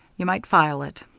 you might file it.